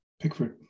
Pickford